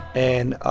and